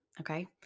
Okay